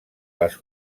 les